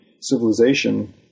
civilization